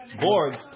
boards